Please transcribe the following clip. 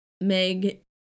Meg